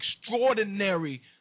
extraordinary